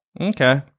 Okay